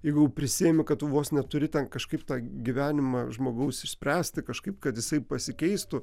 jeigu prisiimi kad vos neturi ten kažkaip tą gyvenimą žmogaus išspręsti kažkaip kad jisai pasikeistų